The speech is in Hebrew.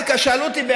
שאלו אותי,